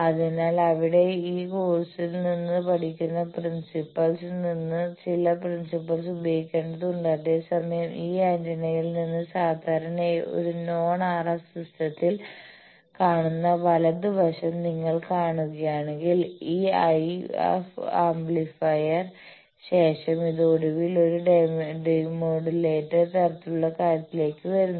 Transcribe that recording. അതിനാൽ അവിടെ ഈ കോഴ്സിൽ നിന്ന് പഠിക്കുന്ന പ്രിൻസിപ്പ്ൾസിൽ നിന്ന് ചില പ്രിൻസിപ്പ്ൾസ് പ്രയോഗിക്കേണ്ടതുണ്ട്അതേസമയം ഈ ആന്റിനയിൽ നിന്ന് സാധാരണയായി ഒരു നോൺ RF സിസ്റ്റത്തിൽ കാണുന്ന വലതുവശം നിങ്ങൾ കാണുകയാണെങ്കിൽ ഈ IF ആംപ്ലിഫയറിന് ശേഷം ഇത് ഒടുവിൽ ഒരു ഡെമോഡുലേറ്റർ തരത്തിലുള്ള കാര്യത്തിലേക്ക് വരുന്നു